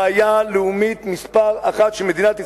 בעיה לאומית מספר אחת של מדינת ישראל.